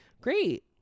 Great